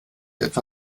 etwa